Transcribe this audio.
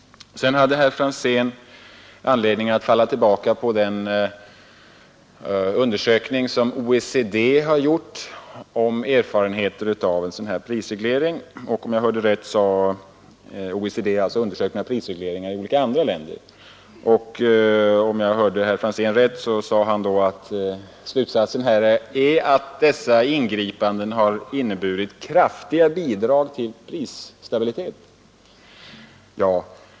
Herr Franzén hade anledning att falla tillbaka på de erfarenheter som OECD fått av en undersökning av prisregleringar i andra olika länder. Herr Franzén sade att dessa ingripanden inneburit kraftiga bidrag till prisstabiliteten.